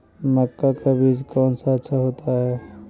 मक्का का बीज कौन सा अच्छा होता है?